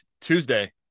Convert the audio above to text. Tuesday